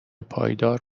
پایدار